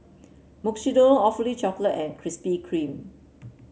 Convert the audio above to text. Mukshidonna Awfully Chocolate and Krispy Kreme